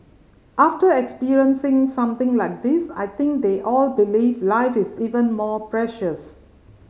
after experiencing something like this I think they all believe life is even more precious